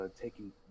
taking